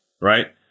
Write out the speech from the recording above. right